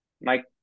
Mike